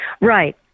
Right